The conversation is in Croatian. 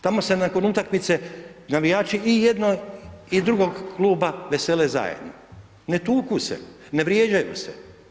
Tamo se nakon utakmice navijači i jednog i drugog kluba vesele zajedno, ne tuku se, ne vrijeđaju se.